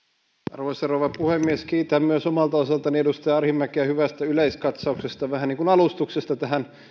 arvoisa rouva puhemies kiitän myös omalta osaltani edustaja arhinmäkeä hyvästä yleiskatsauksesta vähän niin kuin alustuksesta tähän